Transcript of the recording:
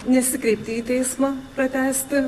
nesikreipti į teismą pratęsti